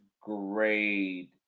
grade